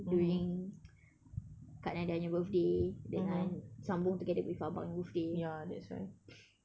during kak nadiah punya birthday dengan sambung together with abang punya birthday